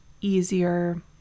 easier